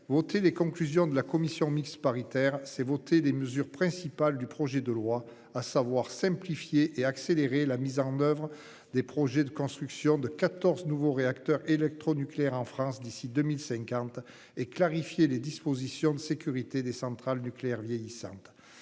voté les conclusions de la commission mixte paritaire, c'est voter des mesures principales du projet de loi, à savoir simplifier et accélérer la mise en oeuvre des projets de construction de 14 nouveaux réacteurs électronucléaires en France d'ici 2050 et clarifier les dispositions de sécurité des centrales nucléaires vieillissantes.